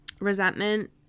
Resentment